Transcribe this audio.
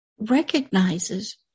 recognizes